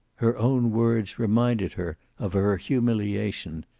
her own words reminded her of her humiliation,